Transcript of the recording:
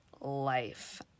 life